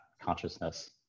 consciousness